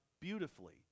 beautifully